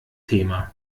thema